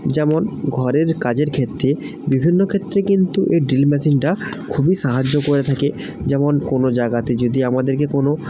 যেমন ঘরের কাজের ক্ষেত্রে বিভিন্ন ক্ষেত্রে কিন্তু এই ড্রিল মেশিনটা খুবই সাহায্য করে থাকে যেমন কোনো জায়গাতে যদি আমাদেরকে কোনো